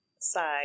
side